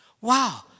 Wow